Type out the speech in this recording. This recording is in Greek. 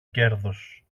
κέρδος